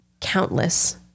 countless